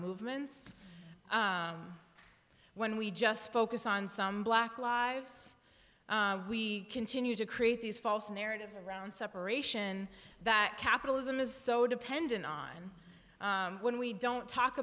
movements when we just focus on some black lives we continue to create these false narratives around separation that capitalism is so dependent on when we don't talk